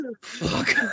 Fuck